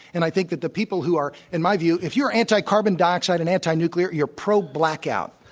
and i think that the people who are, in my view if you are anti-carbon dioxide and anti-nuclear, you're pro-blackout.